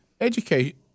Educate